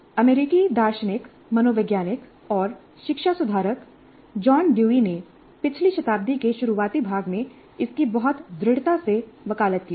अमेरिकी दार्शनिक मनोवैज्ञानिक और शिक्षा सुधारक जॉन डेवी ने पिछली शताब्दी के शुरुआती भाग में इसकी बहुत दृढ़ता से वकालत की थी